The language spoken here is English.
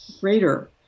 greater